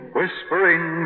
Whispering